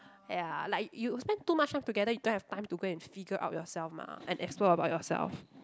ya like you you spend too much time together you don't have time to go and figure out yourself mah and explore about yourself